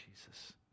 Jesus